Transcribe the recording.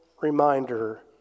reminder